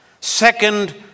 second